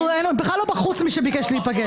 הרי אנחנו נבחרנו עכשיו לחוקק,